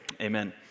amen